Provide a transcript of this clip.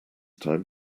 time